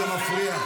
זה מפריע.